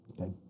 Okay